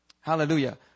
Hallelujah